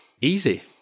easy